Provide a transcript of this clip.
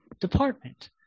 Department